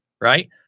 right